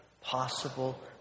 possible